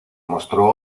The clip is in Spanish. mostró